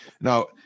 now